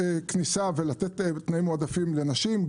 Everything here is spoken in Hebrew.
כניסה ולתת תנאים מועדפים לנשים,